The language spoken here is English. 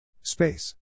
Space